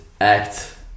act